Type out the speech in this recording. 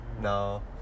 No